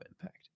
impact